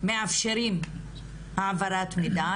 מאפשרים העברת מידע.